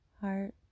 heart